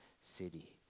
city